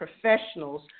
professionals